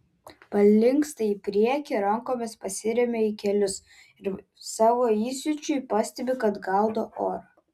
palinksta į priekį rankomis pasiremia į kelius ir savo įsiūčiui pastebi kad gaudo orą